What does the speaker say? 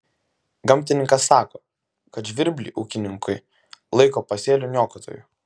gamtininkas sako kad žvirblį ūkininkai laiko pasėlių niokotoju